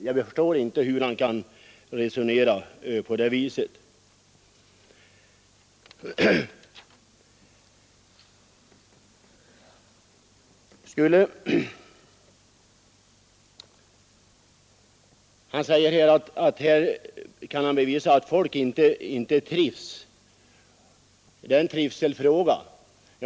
Jag förstår inte hur han kan resonera på det viset Vidare anser herr Wijkman att han kan bevisa att folk som flyttas ut inte trivs; det här är en trivselfråga.